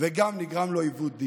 וגם נגרם לו עיוות דין.